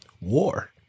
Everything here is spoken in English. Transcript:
War